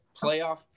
playoff